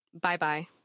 Bye-bye